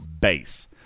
base